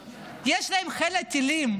טילים, יש להם חיל טילים.